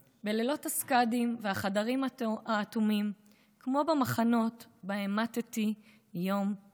/ בלילות הסקאדים והחדרים האטומים / כמו במחנות / בהם מַתִּי יום-יום.